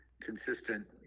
consistent